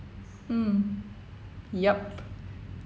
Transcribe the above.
mm yup